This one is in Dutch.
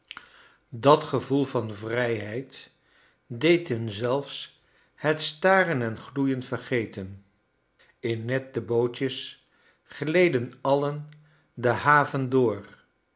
dat gevoel van vrijheid deed hun zelfs het staren en gloeien vergeten in nette bootjes gleden alien de haven door